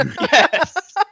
Yes